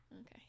Okay